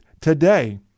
Today